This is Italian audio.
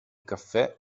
caffè